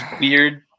weird